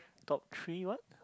top three what